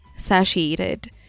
satiated